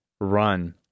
run